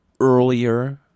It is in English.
earlier